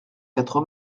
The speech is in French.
quatre